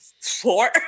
four